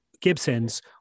Gibsons